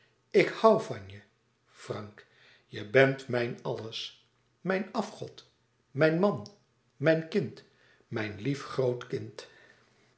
ik hoû van je frank je bent mijn alles mijn afgod mijn man mijn kind mijn lief groot kind